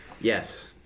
Yes